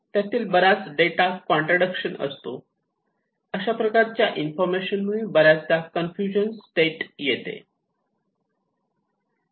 त्यातील बराच data contradiction असतो अशा प्रकारच्या इन्फॉर्मेशन मुळे बऱ्याचदा कन्फ्युजन स्टेट येते